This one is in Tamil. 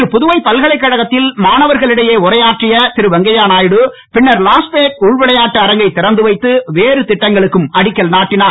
இன்று புதுவை பல்கலைக்கழகத்தில் மாணவர்களிடையே உரையாற்றிய திரு வெங்கையநாயுடு பின்னர் லாஸ்பேட் உள்விளையாட்டு அரங்கை திறந்து வைத்து வேறு திட்டங்களுக்கும் அடிக்கல் நாட்டினார்